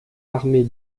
armée